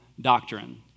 doctrine